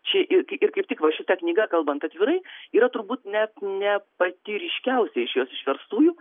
čia ir ir kaip tik va šita knyga kalbant atvirai yra turbūt net ne pati ryškiausia iš jos išverstųjų